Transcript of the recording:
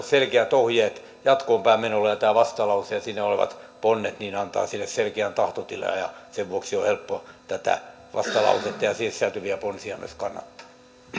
selkeät ohjeet jatkoonpäin menolle tämä vastalause ja siinä olevat ponnet antavat sille selkeän tahtotilan ja sen vuoksi on helppo tätä vastalausetta ja siihen sisältyviä ponsia myös kannattaa